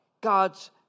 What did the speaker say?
God's